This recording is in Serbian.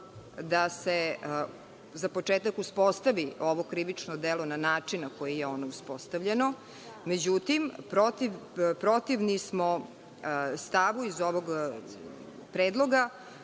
da se za početak uspostavi ovo krivično delo na način na koji je uspostavljeno. Međutim, protivni smo stavu iz ovog predloga